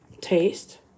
taste